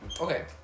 Okay